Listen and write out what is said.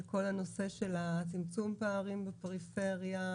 לכל הנושא של צמצום פערים בפריפריה,